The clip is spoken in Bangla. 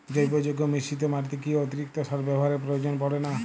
জৈব যৌগ মিশ্রিত মাটিতে কি অতিরিক্ত সার ব্যবহারের প্রয়োজন পড়ে না?